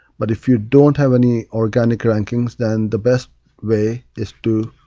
but if you don't have any organic rankings, then the best way is to,